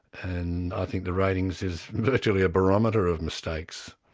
and i think the ratings is virtually a barometer of mistakes.